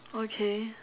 okay